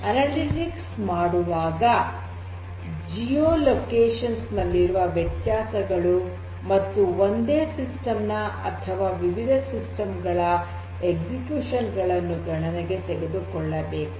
analytics ಮಾಡುವಾಗ geo locations ನಲ್ಲಿರುವ ವ್ಯತ್ಯಾಸಗಳು ಮತ್ತು ಒಂದೇ ಸಿಸ್ಟಮ್ ನ ಅಥವಾ ವಿವಿಧ ಸಿಸ್ಟಮ್ಸ್ ಗಳ ಎಕ್ಸಿಕ್ಯೂಷನ್ ಗಳನ್ನು ಗಣನೆಗೆ ತೆಗೆದುಕೊಳ್ಳಬೇಕು